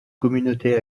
communauté